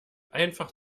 einfach